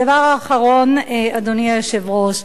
הדבר האחרון, אדוני היושב-ראש.